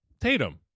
tatum